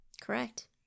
Correct